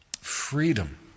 freedom